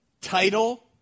title